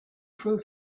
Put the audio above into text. prove